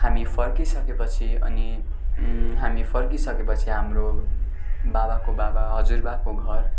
हामी फर्किसकेपछि अनि हामी फर्किसकेपछि हाम्रो बाबाको बाबा हजुरबाको घर